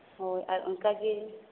ᱦᱳᱭ ᱟᱨ ᱚᱱᱠᱟ ᱜᱮ